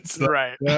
right